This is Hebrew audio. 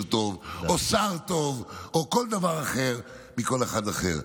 פחות טוב או שר פחות טוב או כל דבר אחר מכל אחד אחר.